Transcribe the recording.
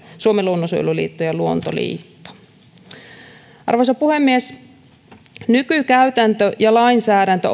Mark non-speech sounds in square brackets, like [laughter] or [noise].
suomen luonnonsuojeluliitto ja luonto liitto arvoisa puhemies nykykäytäntö ja lainsäädäntö [unintelligible]